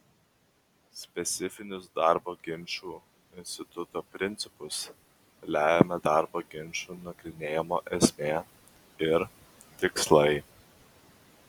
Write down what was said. specifinius darbo ginčų instituto principus lemia darbo ginčų nagrinėjimo esmė ir tikslai